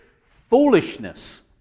foolishness